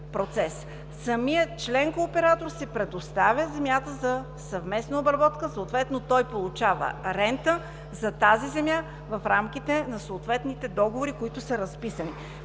Самият член-кооператор си предоставя земята за съвместна обработка, съответно той получава рента за тази земя в рамките на съответните договори, които са разписани,